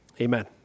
Amen